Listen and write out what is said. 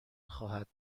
خواهد